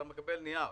אתה מקבל נייר,